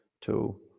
two